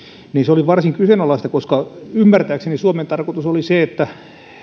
oli varsin kyseenalaista koska ymmärtääkseni suomen tarkoitus oli se että